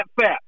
fat